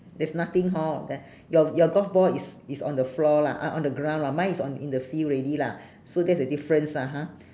there's nothing hor up there your your golf ball is is on the floor lah uh on the ground lah mine is on in the field already lah so that's a difference lah ha